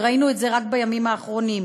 וראינו את זה רק בימים האחרונים,